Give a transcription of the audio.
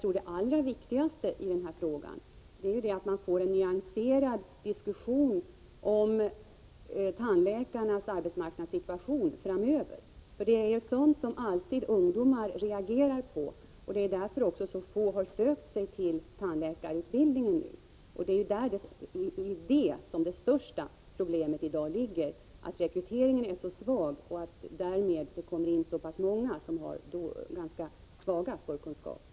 Men det allra viktigaste i detta sammanhang tror jag är att vi får en nyanserad diskussion om tandläkarnas arbetsmarknadssituation framöver. Det är ju på den punkten som ungdomarna alltid reagerar. Som det nu är söker alltför få till tandläkarutbildningen. Det stora problemet i dag är alltså att rekryteringen är så svag och att således många med ganska svaga förkunskaper kommer in på utbildningen.